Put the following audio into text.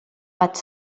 vaig